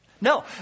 No